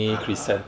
ah ah